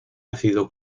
ácido